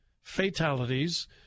fatalities